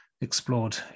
explored